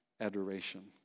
adoration